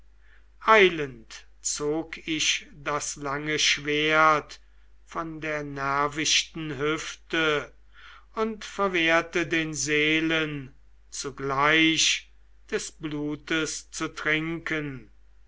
eilend zog ich das lange schwert von der nervichten hüfte und verwehrte den seelen zugleich des blutes zu trinken